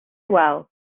well